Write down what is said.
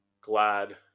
glad